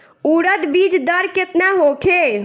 उरद बीज दर केतना होखे?